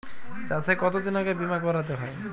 চাষে কতদিন আগে বিমা করাতে হয়?